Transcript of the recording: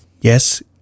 Yes